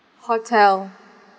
hotel